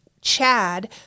Chad